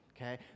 okay